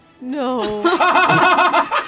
No